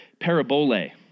parabole